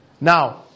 Now